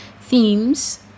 themes